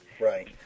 Right